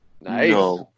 Nice